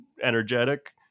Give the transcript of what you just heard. energetic